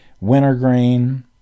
wintergreen